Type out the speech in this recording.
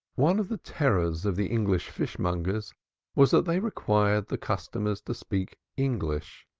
one of the terrors of the english fishmongers was that they required the customer to speak english,